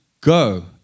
go